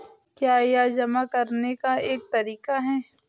क्या यह जमा करने का एक तरीका है?